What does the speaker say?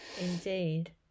Indeed